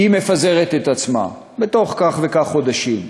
היא מפזרת את עצמה בתוך כך וכך חודשים.